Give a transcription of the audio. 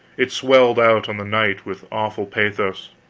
it swelled out on the night with awful pathos.